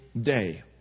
day